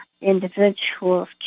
individuals